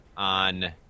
on